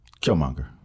Killmonger